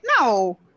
No